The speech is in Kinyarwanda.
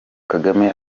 kagame